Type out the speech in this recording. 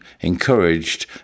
encouraged